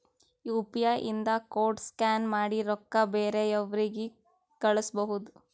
you P I ಇಂದ code scan ಮಾಡಿ ರೊಕ್ಕಾ ಬೇರೆಯವ್ರಿಗಿ ಕಳುಸ್ಬೋದ್